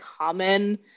common